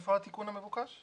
איפה התיקון המבוקש?